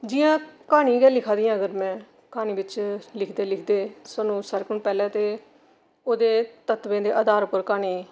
जियां क्हानी गै लिखा नी अगर में क्हानी बिच लिखदे लिखदे स्हान्नूं सारें कोला पैह्लें ते ओह्दे तत्वें दे आधार उप्पर क्हानी